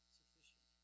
sufficient